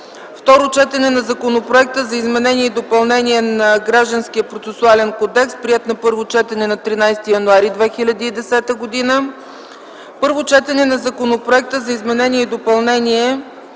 Второ четене на Законопроекта за изменение и допълнение на Гражданския процесуален кодекс. (Приет на първо четене на 13.01.2010 г.) 6. Първо четене на Законопроекта за изменение и допълнение